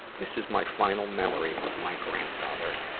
this is my final memory of my grandfather.